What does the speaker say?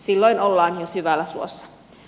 silloin ollaan jo syvällä suossa